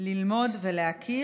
ללמוד ולהכיר.